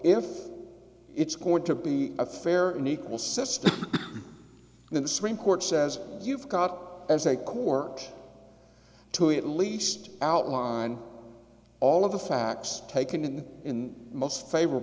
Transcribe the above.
if it's going to be a fair and equal system then the supreme court says you've got as a core to at least outline all of the facts taken in most favor